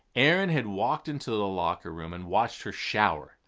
aaron had walked into the locker room and watched her shower.